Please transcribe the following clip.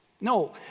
No